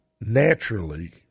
naturally